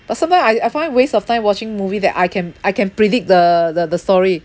but sometime I I find waste of time watching movie that I can I can predict the the the story